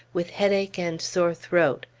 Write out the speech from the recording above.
with headache and sore throat,